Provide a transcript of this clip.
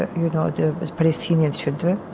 you know, the palestinian children,